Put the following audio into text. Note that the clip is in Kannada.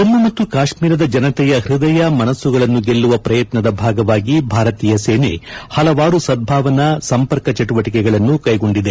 ಜಮ್ಮು ಮತ್ತು ಕಾಶ್ಮೀರದ ಜನತೆಯ ಹೃದಯ ಮನಸ್ಸುಗಳನ್ನು ಗೆಲ್ಲುವ ಪ್ರಯತ್ನದ ಭಾಗವಾಗಿ ಭಾರತೀಯ ಸೇನೆ ಹಲವಾರು ಸದ್ಬಾವನಾ ಸಂಪರ್ಕ ಚಟುವಟಿಕೆಗಳನ್ನು ಕೈಗೊಂಡಿದೆ